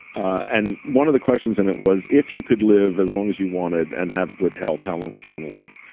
and one of the questions in it was, if you could live as long as you wanted and have good health, how long would you want to live?